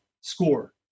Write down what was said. score